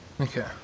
Okay